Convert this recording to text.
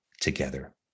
together